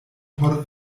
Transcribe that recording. por